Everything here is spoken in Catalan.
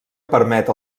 permet